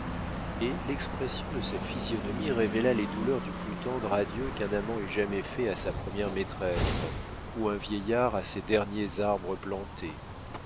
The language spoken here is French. et l'expression de sa physionomie révéla les douleurs du plus tendre adieu qu'un amant ait jamais fait à sa première maîtresse ou un vieillard à ses derniers arbres plantés